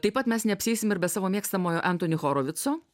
taip pat mes neapsieisim ir be savo mėgstamojo antoni horovico